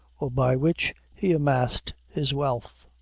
or by which he amassed his wealth.